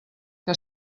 que